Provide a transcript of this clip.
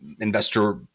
investor